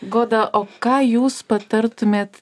goda o ką jūs patartumėt